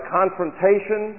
confrontation